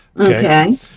Okay